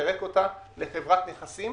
פירק אותה לחברת נכסים,